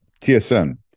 TSN